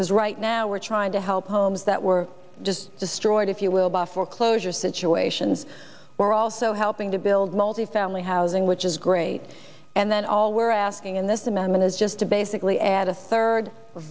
because right now we're trying to help homes that were just destroyed if you will by foreclosure situation we're also helping to build multi family housing which is great and then all we're asking in this amendment is just to basically add a third